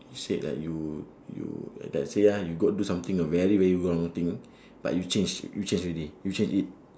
said like you you let's say ah you got do something ah very very wrong uh thing ah but you change you change already you change it